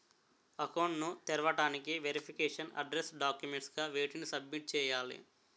Account ను తెరవటానికి verification address documents గా వేటిని సబ్మిట్ చేయాలి?